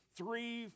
three